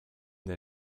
der